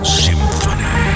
symphony